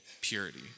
purity